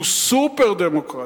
הוא סופר-דמוקרטי.